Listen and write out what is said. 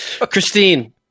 Christine